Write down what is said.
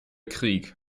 krieg